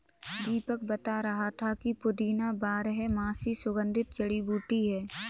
दीपक बता रहा था कि पुदीना बारहमासी सुगंधित जड़ी बूटी है